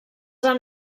han